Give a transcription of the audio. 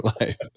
life